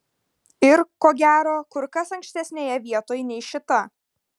ir ko gero kur kas ankštesnėje vietoj nei šita